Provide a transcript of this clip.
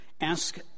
ask